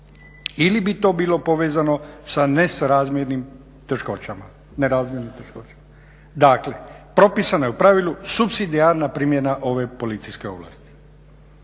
ili bi to bilo povezano sa nerazmjernim teškoćama. Dakle propisano je u pravilu supsidijarna primjena ove policijske ovlasti.